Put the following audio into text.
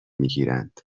میگیرند